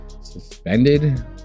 suspended